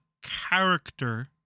character